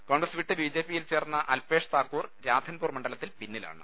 കോൺഗ്രസ് വിട്ട് ബിജെപിയിൽ ചേർന്ന അൽപേഷ് താക്കൂർ രാധൻപൂർ മണ്ഡലത്തിൽ പിന്നിലാണ്